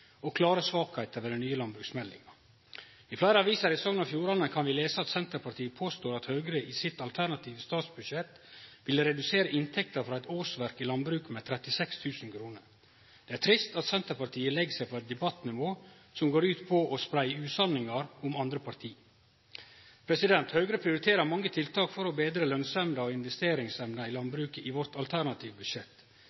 og klare svakheiter i den nye landbruksmeldinga. I fleire aviser i Sogn og Fjordane kan vi lese at Senterpartiet påstår at Høgre i sitt alternative budsjett vil redusere inntekta for eit årsverk i landbruket med 36 000 kr. Det er trist at Senterpartiet legg seg på eit debattnivå som går ut på å spreie usanningar om andre parti. Høgre prioriterer mange tiltak for å betre lønsemda og investeringsevna i